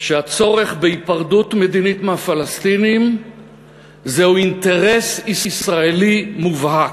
שהצורך בהיפרדות מדינית מהפלסטינים זהו אינטרס ישראלי מובהק,